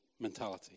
mentality